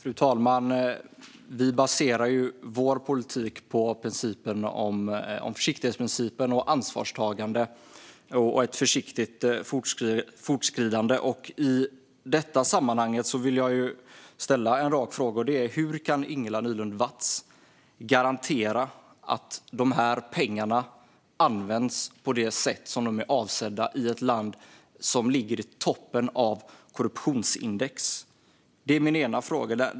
Fru talman! Vi baserar vår politik på försiktighetsprincipen, ansvarstagande och ett försiktigt fortskridande. I detta sammanhang vill jag ställa en rak fråga. Hur kan Ingela Nylund Watz garantera att dessa pengar används på det sätt som är avsett i ett land som ligger i toppen av korruptionsindex?